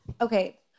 Okay